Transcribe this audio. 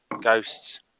ghosts